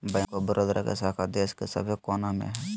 bank of Baroda के शाखा देश के सब कोना मे हय